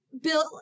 bill